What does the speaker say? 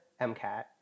MCAT